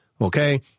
Okay